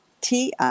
TI